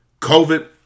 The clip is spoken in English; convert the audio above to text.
COVID